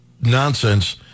nonsense